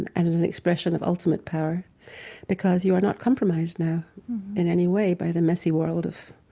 and and an an expression of ultimate power because you are not compromised now in any way by the messy world of